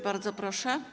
Bardzo proszę.